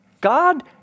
God